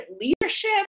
leadership